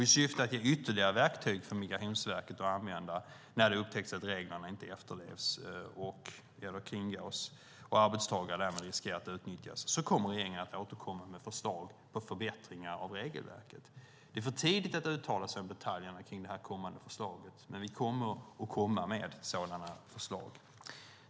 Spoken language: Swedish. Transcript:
I syfte att ge ytterligare verktyg för Migrationsverket att använda när man upptäcker att reglerna inte efterlevs eller kringgås och arbetstagare därmed riskerar att utnyttjas kommer regeringen att återkomma med förslag på förbättringar av regelverket. Det är för tidigt att uttala sig om detaljerna om det kommande förslaget, men vi kommer att lägga fram ett förslag.